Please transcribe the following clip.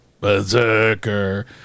Berserker